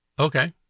Okay